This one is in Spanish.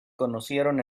conocieron